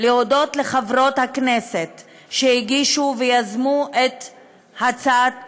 לחברות הכנסת שהגישו ויזמו הצעה זו,